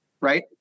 right